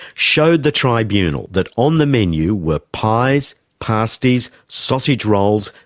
showed the tribunal that on the menu were pies, pasties, sausage rolls,